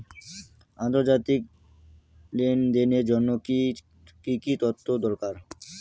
আন্তর্জাতিক লেনদেনের জন্য কি কি তথ্য দরকার?